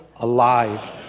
alive